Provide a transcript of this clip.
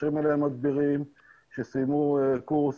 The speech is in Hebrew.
מתקשרים אליי מדבירים שסיימו קורס,